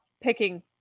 picking